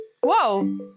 Whoa